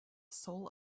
soul